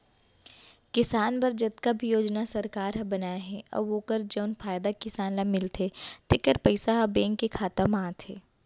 किसान बर जतका भी योजना सरकार ह बनाए हे अउ ओकर जउन फायदा किसान ल मिलथे तेकर पइसा ह बेंक के खाता म आथे